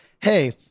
hey